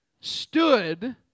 stood